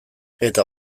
eta